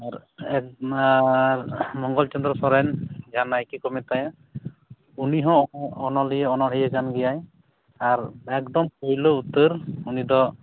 ᱟᱨ ᱢᱚᱝᱜᱚᱞ ᱪᱚᱱᱫᱚᱨ ᱥᱚᱨᱮᱱ ᱡᱟᱦᱟᱭ ᱱᱟᱭᱠᱮ ᱠᱚ ᱢᱮᱛᱟᱭᱟ ᱩᱱᱤ ᱦᱚᱸ ᱚᱱᱚᱞᱤᱭᱟᱹ ᱚᱱᱲᱦᱤᱭᱟᱹ ᱠᱟᱱ ᱜᱮᱭᱟᱭ ᱟᱨ ᱮᱠᱫᱚᱢ ᱯᱩᱭᱞᱚ ᱩᱛᱟᱹᱨ ᱩᱱᱤ ᱫᱚ